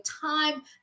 time